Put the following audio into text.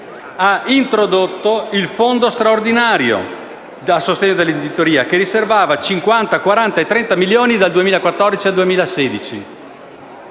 Ha introdotto il Fondo straordinario a sostegno dell'editoria che riservava 50, 40 e 30 milioni dal 2014 al 2016.